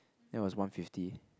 that was one fifty